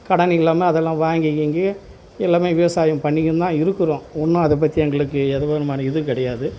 கடன் இல்லாமல் அதெல்லாம் வாங்கி கீங்கி எல்லாமே விவசாயம் பண்ணிக்கின்னு தான் இருக்கிறோம் ஒன்றும் அதை பற்றி எங்களுக்கு எந்த விதமான இதுவும் கிடையாது